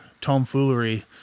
tomfoolery